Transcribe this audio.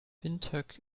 windhoek